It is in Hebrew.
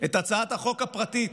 את הצעת החוק הפרטית